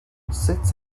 sut